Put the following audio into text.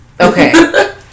okay